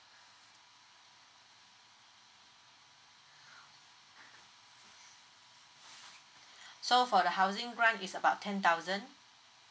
so for the housing grant is about ten thousand